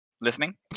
listening